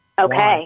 Okay